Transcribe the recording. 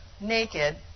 naked